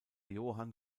johann